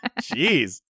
Jeez